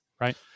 Right